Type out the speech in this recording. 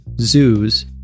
zoos